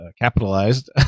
capitalized